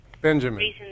Benjamin